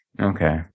Okay